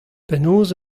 penaos